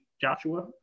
joshua